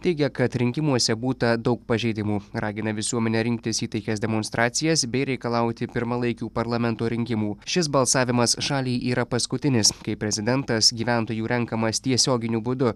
teigia kad rinkimuose būta daug pažeidimų ragina visuomenę rinktis į taikias demonstracijas bei reikalauti pirmalaikių parlamento rinkimų šis balsavimas šaliai yra paskutinis kai prezidentas gyventojų renkamas tiesioginiu būdu